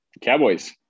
Cowboys